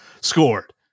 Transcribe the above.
scored